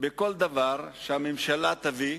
בכל דבר שהממשלה תביא,